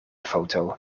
foto